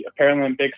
Paralympics